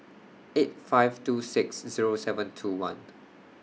eight five two six Zero seven two one